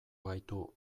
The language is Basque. gaitu